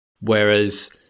whereas